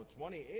28